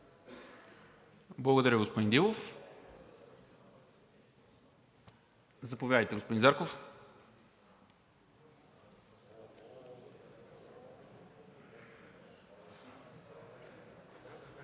Благодаря, господин Дилов. Заповядайте, господин Зарков.